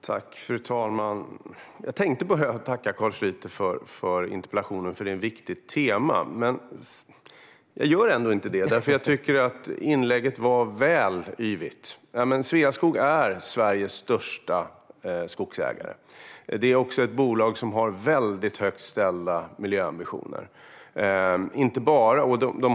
Fru talman! Jag tänkte börja med att tacka Carl Schlyter för interpellationen, eftersom detta är ett viktigt tema. Men jag gör ändå inte det, eftersom jag tycker att hans inlägg var väl yvigt. Sveaskog är Sveriges största skogsägare. Det är också ett bolag som har mycket högt ställda miljöambitioner.